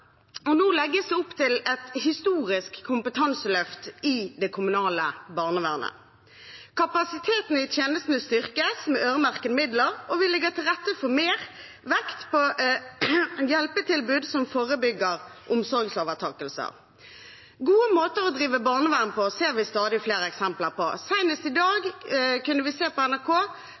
og nå legges det opp til et historisk kompetanseløft i det kommunale barnevernet. Kapasiteten i tjenestene styrkes med øremerkede midler, og vi legger til rette for mer vekt på hjelpetilbud som forebygger omsorgsovertakelser. Gode måter å drive barnevern på ser vi stadig flere eksempler på. Senest i dag kunne vi se på NRK